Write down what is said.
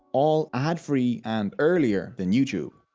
all ad-free and earlier than youtube.